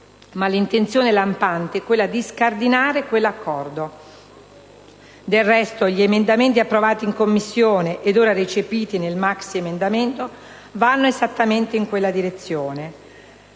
ma l'intenzione lampante è quella di scardinare quell'accordo. Del resto, gli emendamenti approvati in Commissione (ed ora recepiti nel maxiemendamento) vanno esattamente in quella direzione.